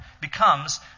becomes